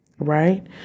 Right